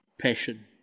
Passion